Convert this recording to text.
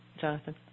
Jonathan